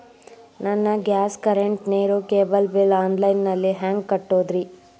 ನನ್ನ gas, current, ನೇರು, cable bill online ನಲ್ಲಿ ಹೆಂಗ್ ಕಟ್ಟೋದ್ರಿ?